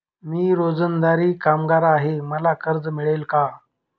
मी रोजंदारी कामगार आहे मला कर्ज मिळेल का?